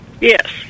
Yes